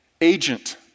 agent